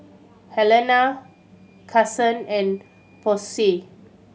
Alena Kasen and Posey